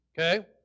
okay